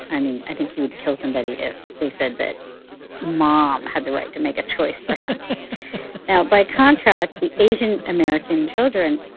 i mean, i think he would kill somebody if they said that mom had the right to make a choice for him now, by contrast, the asian american children,